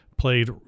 Played